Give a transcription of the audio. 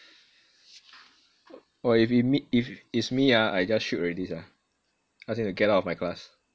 !wah! if it it's me ah I just shoot already sia ask him to get out of my class